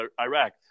Iraq